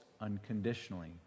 unconditionally